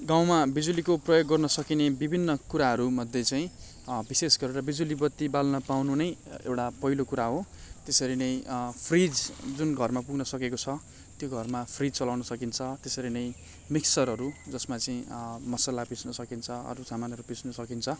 गाउँमा बिजुलीको प्रयोग गर्न सकिने विभिन्न कुराहरूमध्ये चाहिँ विशेष गरेर बिजुली बत्ती बाल्न पाउनु नै एउटा पहिलो कुरा हो त्यसरी नै फ्रिज जुन घरमा पुग्न सकेको छ त्यो घरमा फ्रिज चलाउन सकिन्छ त्यसरी नै मिक्सरहरू जसमा चाहिँ मसाला पिस्न सकिन्छ अरू सामानहरू पिस्न सकिन्छ